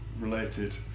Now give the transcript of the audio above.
related